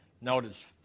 notice